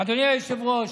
אדוני היושב-ראש,